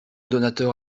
donateur